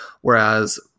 Whereas